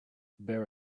bear